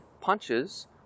punches